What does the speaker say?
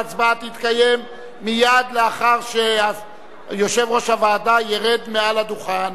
ההצבעה תתקיים מייד לאחר שיושב-ראש הוועדה ירד מהדוכן.